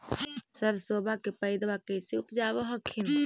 सरसोबा के पायदबा कैसे उपजाब हखिन?